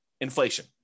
Inflation